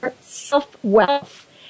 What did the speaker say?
self-wealth